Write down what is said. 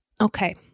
Okay